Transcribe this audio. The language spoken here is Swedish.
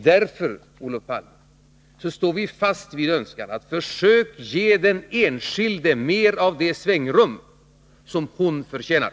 Därför, Olof Palme, står vi fast vid vår önskan: Försök ge den enskilde mer av det svängrum som hon förtjänar.